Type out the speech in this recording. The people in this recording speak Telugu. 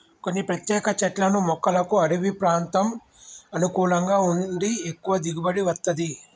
కొన్ని ప్రత్యేక చెట్లను మొక్కలకు అడివి ప్రాంతం అనుకూలంగా ఉండి ఎక్కువ దిగుబడి వత్తది